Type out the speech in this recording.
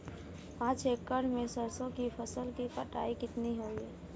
पांच एकड़ में सरसों की फसल की कटाई कितनी होगी?